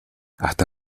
hasta